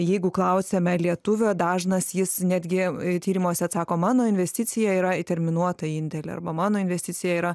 jeigu klausiame lietuvio dažnas jis netgi tyrimuose atsako mano investicija yra į terminuotą indėlį arba mano investicija yra